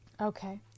Okay